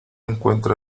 encuentra